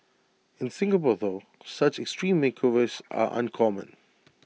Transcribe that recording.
in Singapore though such extreme makeovers are uncommon